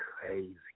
crazy